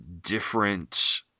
different